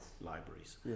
libraries